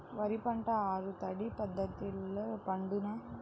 వరి పంట ఆరు తడి పద్ధతిలో పండునా?